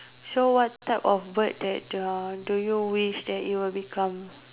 so what type of bird that uh do you wish that you would become